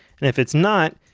and if it's not,